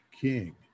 king